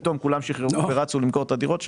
פתאום כולם שיחררו ורצו למכור את הדירות שלהם?